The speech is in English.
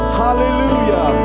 hallelujah